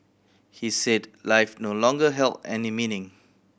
he said life no longer held any meaning